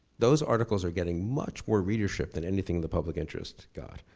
those articles are getting much more readership than anything the public interest got,